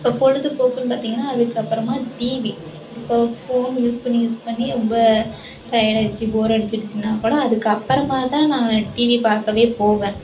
பொழுதுபோக்குன்னு பார்த்திங்கன்னா அதுக்கப்புறமா டிவி இப்போது ஃபோன் யூஸ் பண்ணி யூஸ் பண்ணி ரொம்ப டையர்ட் ஆகிடுச்சி போர் அடிச்சுடிச்சினாக்கூட அதுக்கப்புறமா தான் நான் டிவி பார்க்கவே போவேன்